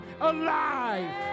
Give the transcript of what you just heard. alive